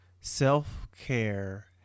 self-care